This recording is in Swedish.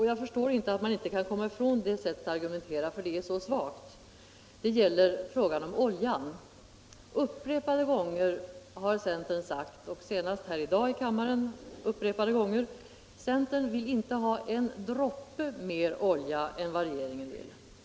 Jag förstår inte att man inte kan komma ifrån det sättet att argumentera, när det är så svagt. Det gäller frågan om oljan. Upprepade gånger har centern sagt och senast här i dag i kammaren — upprepade gånger — att centern inte vill ha en droppe mer olja än vad regeringen vill.